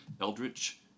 eldritch